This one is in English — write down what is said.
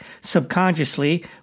Subconsciously